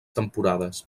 temporades